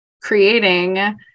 creating